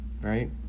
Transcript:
Right